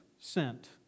sent